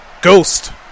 Ghost